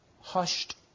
hushed